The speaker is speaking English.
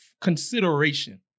consideration